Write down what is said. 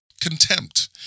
contempt